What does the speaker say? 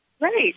right